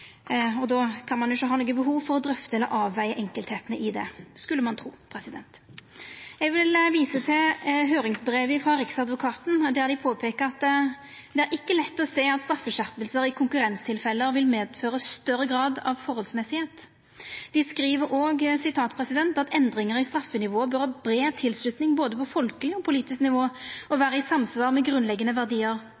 Og då kan ein jo ikkje ha noko behov for å drøfta eller avvega dei einskilde delane i det, skulle ein tru. Eg vil visa til høyringsbrevet frå Riksadvokaten, der dei påpeikar: «Det er ikke lett å se at straffskjerpelser i konkurrenstilfeller vil medføre større grad av forholdsmessighet Dei skriv òg: «Endringer i straffenivået bør ha bred tilslutning både på folkelig og politisk nivå, og